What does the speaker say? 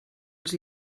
els